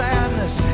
Sadness